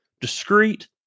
Discreet